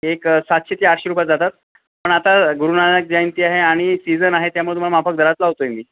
एक सातशे ते आठशे रुपये जातात पण आता गुरू नानक जयंती आहे आणि सीजन आहे त्यामुळे तुम्हाला माफक दरात लावतो आहे मी